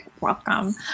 Welcome